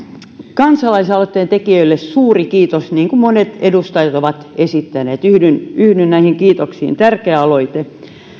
kansalaisaloitteen tekijöille suuri kiitos niin kuin monet edustajat ovat esittäneet yhdyn yhdyn näihin kiitoksiin tärkeä aloite